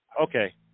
Okay